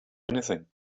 anything